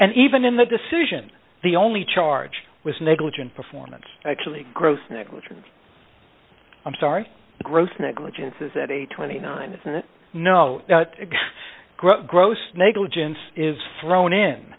and even in the decision the only charge was negligent performance actually gross negligence i'm sorry gross negligence is that a twenty nine isn't it no gross negligence is thrown in